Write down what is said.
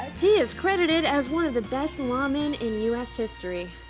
he is credited as one of the best lawmen in u s. history.